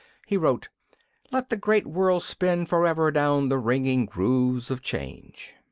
he wrote let the great world spin for ever down the ringing grooves of change.